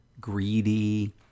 Greedy